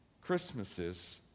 Christmases